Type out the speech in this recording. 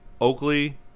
Oakley